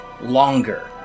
longer